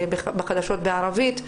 החדשות בערבית,